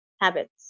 habits